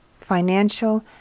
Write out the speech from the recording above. financial